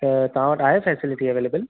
त तव्हां वटि आहे फैसिलिटी अवैलेबल